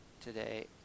today